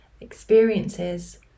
experiences